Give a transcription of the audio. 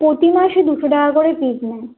প্রতি মাসে দুশো টাকা করে ফিস নেয়